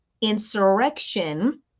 insurrection